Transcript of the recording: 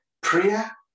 Prayer